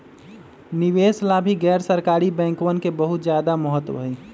निवेश ला भी गैर सरकारी बैंकवन के बहुत ज्यादा महत्व हई